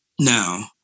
now